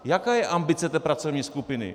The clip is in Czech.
Jaká je ambice té pracovní skupiny?